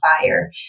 fire